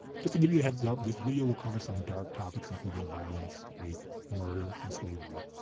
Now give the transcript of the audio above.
just to give you a heads up this video will cover some dark topics including violence, rape, murder, and slavery.